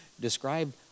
describe